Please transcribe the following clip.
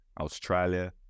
Australia